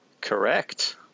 Correct